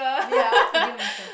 ya what's the deal maker